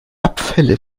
abfälle